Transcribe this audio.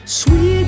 sweet